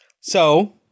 So-